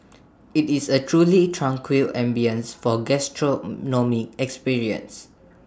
IT is A truly tranquil ambience for gastronomic experience